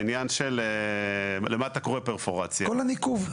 כל הניקוב.